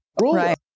Right